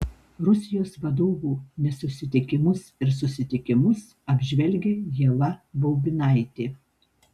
rusijos vadovų nesusitikimus ir susitikimus apžvelgia ieva baubinaitė